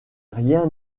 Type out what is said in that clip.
rien